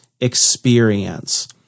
experience